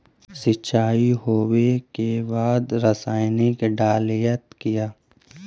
सीचाई हो बे के बाद रसायनिक डालयत किया?